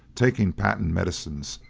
taking patent medicines,